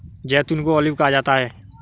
जैतून को ऑलिव कहा जाता है